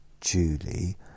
Julie